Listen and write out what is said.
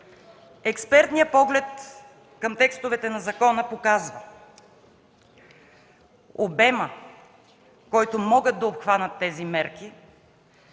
Експертният поглед към текстовете на закона показва, че обемът, който могат да обхванат тези мерки,